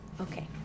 Okay